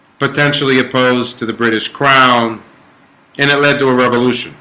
potentially opposed to the british crown and it led to a revolution